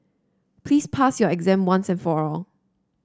please pass your exam once and for all